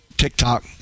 TikTok